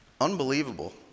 Unbelievable